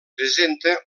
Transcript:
presenta